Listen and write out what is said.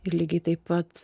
ir lygiai taip pat